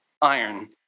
iron